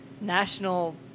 national